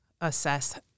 assess